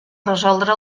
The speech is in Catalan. resoldre